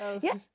yes